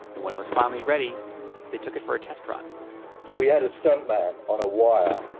when it was finally ready they took it for a test run we had a stunt man, on a wire